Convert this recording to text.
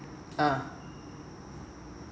ah